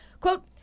Quote